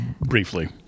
briefly